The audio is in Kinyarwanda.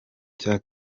cya